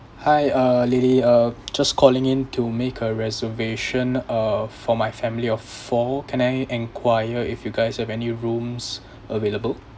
hi uh lily uh just calling in to make a reservation uh for my family of four can I enquire if you guys have any rooms available